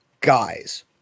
guys